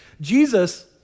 Jesus